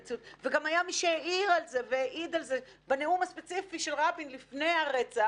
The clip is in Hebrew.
וגם היה מי שהעיר על זה והעיד על זה בנאום הספציפי של רבין לפני הרצח,